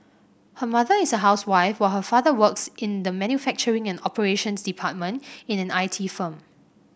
her mother is a housewife while her father works in the manufacturing and operations department at an I T firm